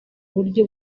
buryo